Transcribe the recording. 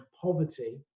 poverty